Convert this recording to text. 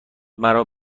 مرا